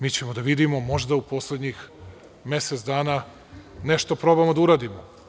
Mi ćemo da vidimo možda u poslednjih mesec dana nešto probamo da uradimo.